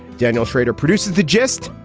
daniel schrader produces the gist.